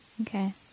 Okay